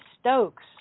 Stokes